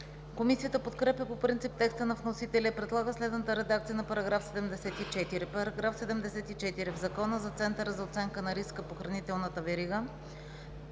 Комисията подкрепя по принцип текста на вносителя и предлага следната редакция на § 74: „§ 74. В Закона за Центъра за оценка на риска по хранителната верига